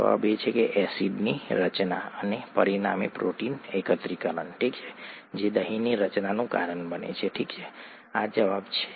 જવાબ છે એસિડની રચના અને પરિણામે પ્રોટીન એકત્રીકરણ જે દહીંની રચનાનું કારણ બને છે ઠીક છે આ જવાબ છે